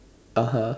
(uh huh)